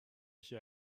hier